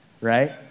right